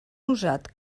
usat